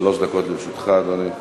שלוש דקות לרשותך, אדוני.